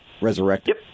resurrected